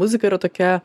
muzika yra tokia